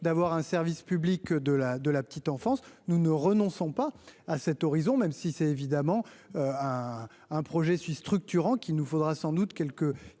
d'avoir un service public de la de la petite enfance, nous ne renonçons pas à cet horizon, même si c'est évidemment un projet suis structurant qu'il nous faudra sans doute quelques